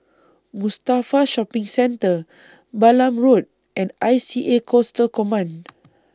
Mustafa Shopping Centre Balam Road and I C A Coastal Command